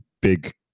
big